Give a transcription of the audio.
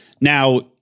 now